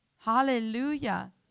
Hallelujah